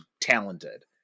talented